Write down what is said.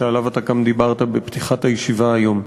שעליו אתה גם דיברת בפתיחת הישיבה היום.